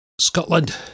Scotland